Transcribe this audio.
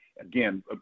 again